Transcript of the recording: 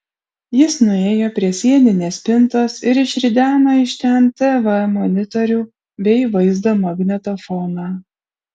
jis nuėjo prie sieninės spintos ir išrideno iš ten tv monitorių bei vaizdo magnetofoną